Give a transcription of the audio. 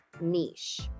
niche